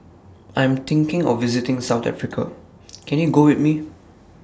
I'm thinking of visiting South Africa Can YOU Go with Me